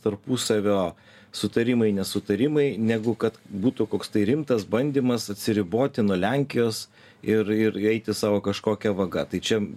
tarpusavio sutarimai nesutarimai negu kad būtų koks tai rimtas bandymas atsiriboti nuo lenkijos ir ir eiti savo kažkokia vaga tai čia